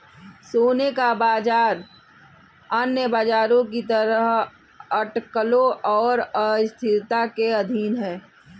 सोने का बाजार अन्य बाजारों की तरह अटकलों और अस्थिरता के अधीन है